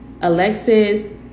Alexis